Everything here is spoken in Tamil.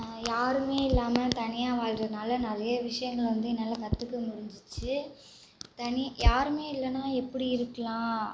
யாருமே இல்லாமல் தனியா வாழுகிறதுனால நிறைய விஷியம்கள வந்து என்னால் கத்துக்க முடிஞ்சிடுச்சு தனி யாருமே இல்லைனா எப்படி இருக்கலாம்